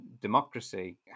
democracy